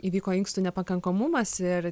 įvyko inkstų nepakankamumas ir